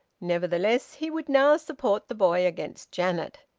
nevertheless he would now support the boy against janet.